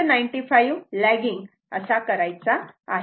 95 legging करायचा आहे